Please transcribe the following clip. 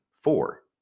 four